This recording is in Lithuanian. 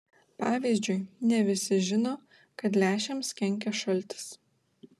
pavyzdžiui ne visi žino kad lęšiams kenkia šaltis